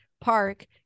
park